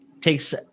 takes